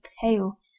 pale